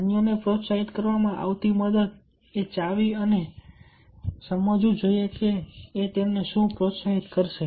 અન્યોને પ્રોત્સાહિત કરવામાં આવતી મદદ એ ચાવી અને એ સમજવું જોઈએ કે એ તેમને શું પ્રોત્સાહિત કરે છે